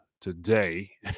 today